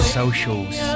socials